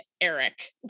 Eric